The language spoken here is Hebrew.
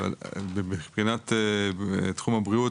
מבחינת תחום הבריאות,